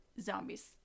zombies